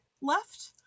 left